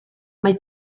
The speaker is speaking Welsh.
mae